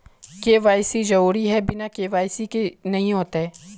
KYC जरुरी है बिना के.वाई.सी के नहीं होते?